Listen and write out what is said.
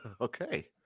Okay